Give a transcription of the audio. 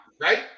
right